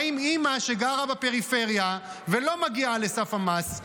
מה עם אימא שגרה בפריפריה ולא מגיעה לסף המס?